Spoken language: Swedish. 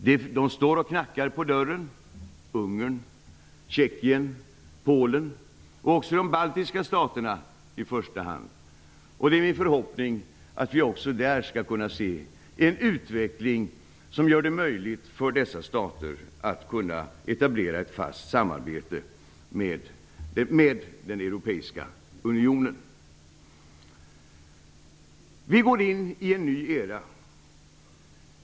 Ungern, Tjeckien, Polen och därutöver i första hand de baltiska staterna står och knackar på dörren, och det är min förhoppning att vi också där skall kunna se en utveckling som gör det möjligt för dessa stater att etablera ett fast samarbete med den europeiska unionen. Vi går in i en ny era.